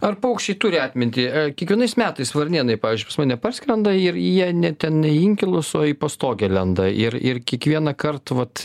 ar paukščiai turi atmintį kiekvienais metais varnėnai pavyzdžiui pas mane parskrenda ir jie ne ten inkilus o į pastogę lenda ir ir kiekvienąkart vat